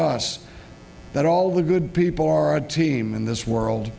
us that all the good people are a team in this world